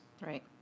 right